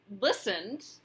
listened